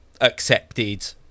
accepted